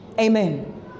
Amen